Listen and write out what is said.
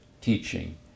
teaching